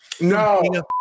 No